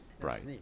Right